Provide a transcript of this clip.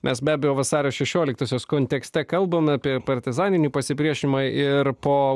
mes be abejo vasario šešioliktosios kontekste kalbame apie partizaninį pasipriešinimą ir po